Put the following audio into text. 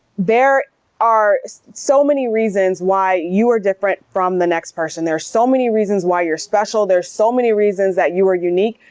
there are so many reasons why you are different from the next person. there are so many reasons why you're special. there's so many reasons that you are unique,